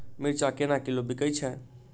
मिर्चा केना किलो बिकइ छैय?